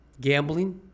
gambling